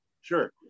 Sure